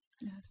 Yes